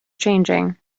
changing